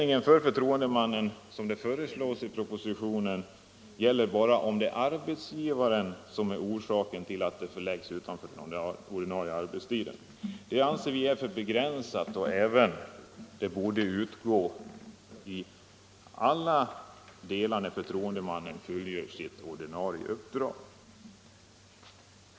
I propositionen föreslås att ersättning till förtroendemannen skall utgå bara om det är arbetsgivaren som är orsaken till att uppdraget förläggs utanför den ordinarie arbetstiden. Det anser vi vara för begränsat. Ersättning borde utgå i alla de fall då förtroendemannen fullgör sitt ordinarie uppdrag.